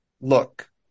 look